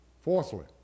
Fourthly